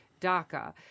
DACA